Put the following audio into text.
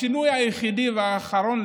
השינוי היחידי והאחרון,